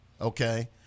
okay